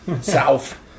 South